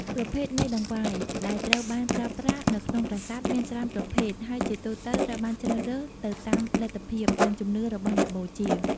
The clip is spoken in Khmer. ប្រភេទនៃតង្វាយ ដែលត្រូវបានប្រើប្រាស់នៅក្នុងប្រាសាទមានច្រើនប្រភេទ ហើយជាទូទៅត្រូវបានជ្រើសរើសទៅតាមលទ្ធភាព និងជំនឿរបស់អ្នកបូជា។